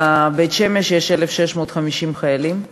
בבית-שמש יש 1,650 חיילים.